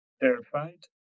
terrified